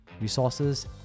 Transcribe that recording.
resources